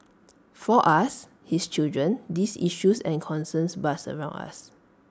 for us his children these issues and concerns buzzed around us